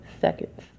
seconds